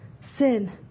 Sin